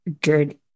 good